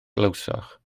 glywsoch